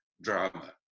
drama